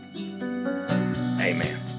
amen